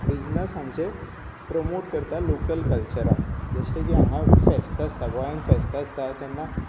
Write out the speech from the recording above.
business आमचें promote करता local कलचराक जशें की हांगा फेस्त आसता गोंयांत फेस्त आसता तेन्ना